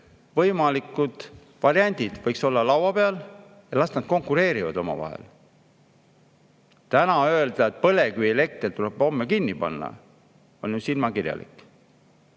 võimalikud variandid võiks olla laua peal ja las nad konkureerivad omavahel. Täna öelda, et põlevkivielekter tuleb homme kinni panna, on silmakirjalik.